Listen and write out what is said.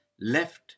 left